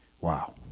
Wow